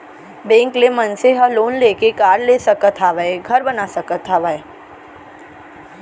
bank ले मनसे ह लोन लेके कार ले सकत हावय, घर बना सकत हावय